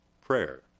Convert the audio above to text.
prayer